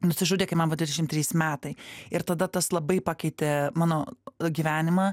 nusižudė kai man buvo dvidešim trys metai ir tada tas labai pakeitė mano gyvenimą